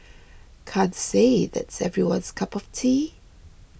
can't say that's everyone's cup of tea